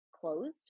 closed